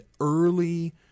early